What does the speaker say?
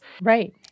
Right